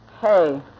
Hey